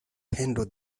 handle